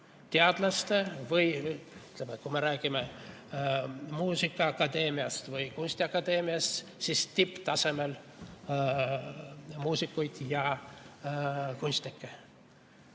teadlaste, või kui me räägime muusikaakadeemiast või kunstiakadeemiast, siis tipptasemel muusikute ja kunstnike